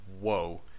whoa